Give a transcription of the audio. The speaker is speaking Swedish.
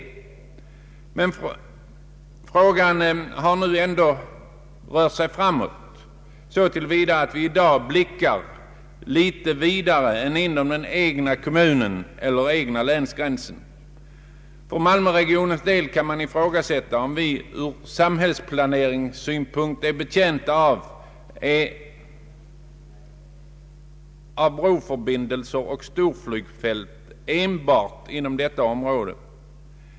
Men frågan har nu ändå rört sig framåt så till vida att vi i dag blickar litet vidare än inom den egna kommunen eller det egna länet. För Malmöregionens del kan man ifrågasätta om vi från samhällsplaneringssynpunkt är betjänta av broförbindelser och storflygfält enbart inom detta område.